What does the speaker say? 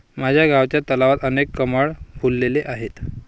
माझ्या गावच्या तलावात अनेक कमळ फुलले आहेत